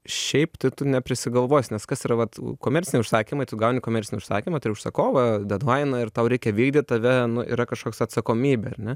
šiaip tai tu neprisigalvosi nes kas yra vat komerciniai užsakymai tu gauni komercinį užsakymą turi užsakovą dedlainą ir tau reikia vykdyt tave yra kažkoks atsakomybė ar ne